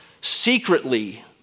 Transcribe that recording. secretly